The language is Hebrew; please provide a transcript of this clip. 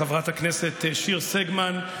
חברת הכנסת שיר סגמן,